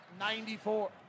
94